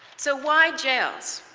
so why jails?